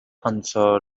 answered